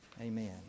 Amen